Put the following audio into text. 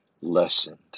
lessened